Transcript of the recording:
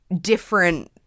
different